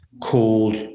called